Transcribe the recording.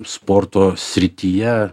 sporto srityje